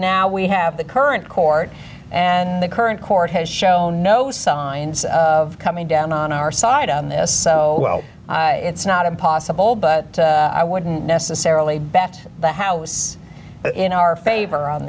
now we have the current court and the current court has shown no signs of coming down on our side on this so it's not impossible but i wouldn't necessarily bet the house in our favor on